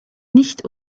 nicht